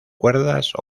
cuerdas